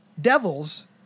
devils